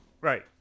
Right